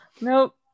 nope